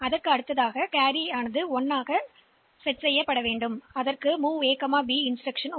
எனவே இந்த பிட் நேர தாமதத்திற்கு சமமான தாமத வழக்கத்தை நீங்கள் வைக்கலாம் பின்னர் நாங்கள் ஒன்றை எடுத்துச் சென்று பின்னர் MOV A B